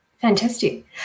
Fantastic